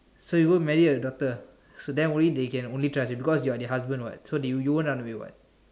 so you go marry the daughter so then only then they can only trust you cause you are their husband [what] you won't run away [what]